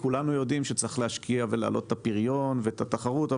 כולנו יודעים שצריך להשקיע ולהעלות את הפריון ואת התחרות.